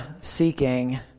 seeking